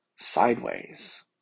sideways